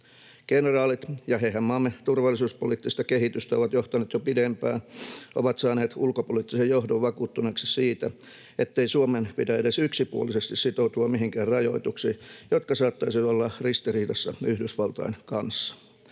Kenraalit — hehän maamme turvallisuuspoliittista kehitystä ovat johtaneet jo pidempään — ovat saaneet ulkopoliittisen johdon vakuuttuneeksi siitä, ettei Suomen pidä edes yksipuolisesti sitoutua mihinkään rajoituksiin, jotka saattaisivat olla ristiriidassa Yhdysvaltain kanssa